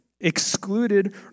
excluded